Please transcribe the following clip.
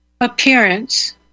appearance